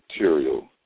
material